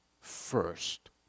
first